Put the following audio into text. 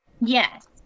yes